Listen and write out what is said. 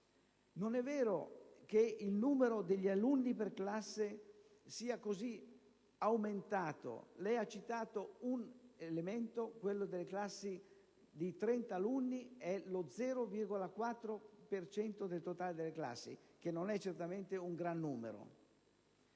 Non è vero che il numero degli alunni per classe sia così aumentato: lei ha citato un dato, ossia che le classi di 30 alunni sono lo 0,4 per cento del totale, che non è certamente un gran numero.